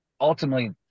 ultimately